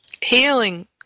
healing